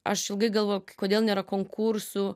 aš ilgai galvojau kodėl nėra konkursų